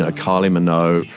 ah kylie minogue.